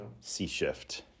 C-shift